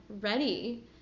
ready